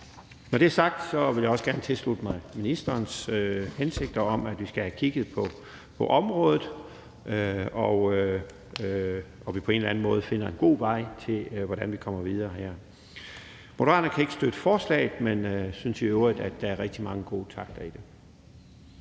når det er sagt, vil jeg også gerne tilslutte mig ministerens hensigter om, at vi skal have kigget på området, og at vi på en eller anden måde finder en god vej til, hvordan vi kommer videre her. Moderaterne kan ikke støtte forslaget, men synes i øvrigt, at der er rigtig mange gode takter i det.